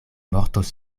mortos